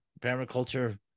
permaculture